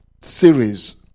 series